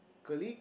clique